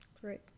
Great